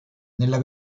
nella